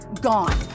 gone